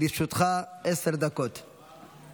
(מימון